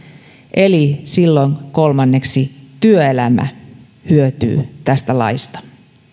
eli silloin kolmanneksi työelämä hyötyy tästä laista